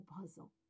puzzle